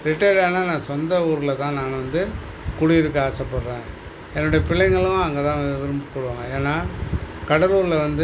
retired ஆனால் நான் சொந்த ஊரில் தான் நான் வந்து குடியிருக்க ஆசைப்பட்றேன் என்னுடைய பிள்ளைகளும் அங்கே தான் விருப்பப்படுவாங்க ஏன்னா கடலூரில் வந்து